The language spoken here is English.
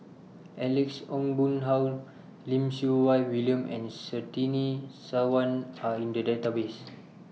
Alex Ong Boon Hau Lim Siew Wai William and Surtini Sarwan Are in The Database